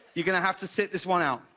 you're going to have to sit this one out.